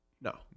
No